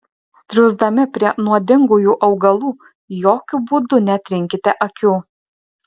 triūsdami prie nuodingųjų augalų jokiu būdu netrinkite akių